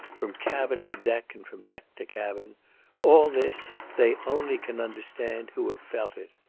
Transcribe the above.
from cabin to deck, and from deck to cabin all this, they only can understand who have felt it.